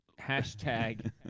hashtag